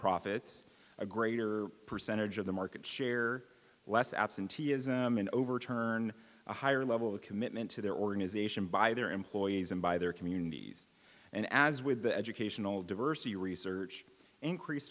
profits a greater percentage of the market share less absenteeism and overturn a higher level of commitment to their organization by their employees and by their communities and as with the educational diversity research increase